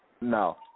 No